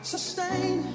Sustain